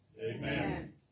Amen